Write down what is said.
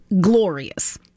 glorious